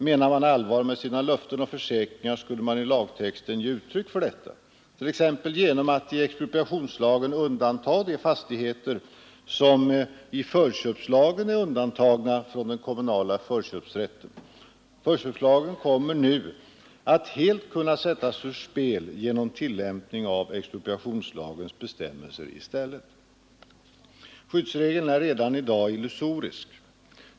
Menade man allvar med sina löften och försäkringar skulle man i lagtexten ge uttryck för detta, t.ex. genom att i expropriationslagen undantaga de fastigheter som i förköpslagen är undantagna från den kommunala förköpsrätten. Förköpsrätten kommer nu att helt kunna sättas ur spel genom tillämpning av expropriationslagens bestämmelser i stället. Skyddsregeln är redan i dag illusorisk.